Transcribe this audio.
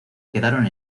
quedaron